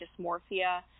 dysmorphia